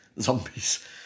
zombies